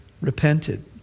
Repented